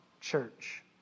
church